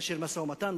של משא-ומתן,